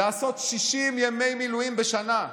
לעשות 60 ימי מילואים בשנה,